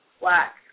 black